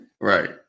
Right